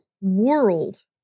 world